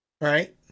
Right